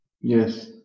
yes